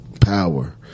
Power